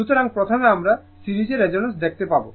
সুতরাং প্রথমে আমরা সিরিজের রেজোন্যান্স দেখতে পাব